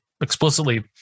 explicitly